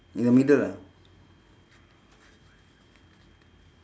in the middle ah